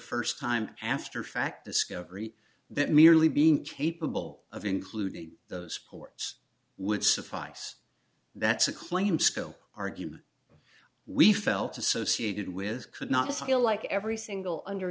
first time after fact discovery that merely being capable of including sports would suffice that's a claim sco argument we felt associated with could not feel like every single under